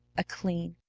a clean,